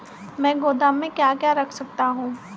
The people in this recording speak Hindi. मैं गोदाम में क्या क्या रख सकता हूँ?